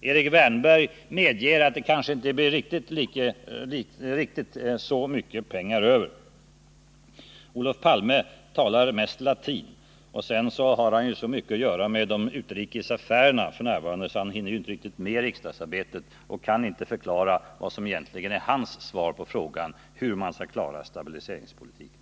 Erik Wärnberg medger att det kanske inte blir riktigt så mycket pengar över. Olof Palme talar mest latin, och sedan har han ju så mycket att göra med de utrikes affärerna f. n. att han inte riktigt hinner med riksdagsarbetet och inte kan förklara vad som egentligen är hans svar på frågan hur man skall klara stabiliseringspolitiken.